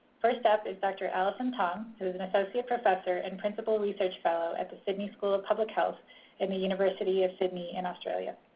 first up is dr. allison tong, who is an associate professor and principal research fellow at the sydney school of public health in the university of sydney in australia.